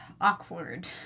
Awkward